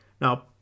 Now